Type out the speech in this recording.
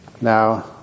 Now